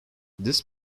this